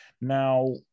Now